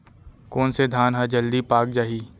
कोन से धान ह जलदी पाक जाही?